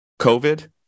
COVID